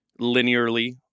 linearly